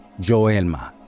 Joelma